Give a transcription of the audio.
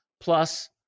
plus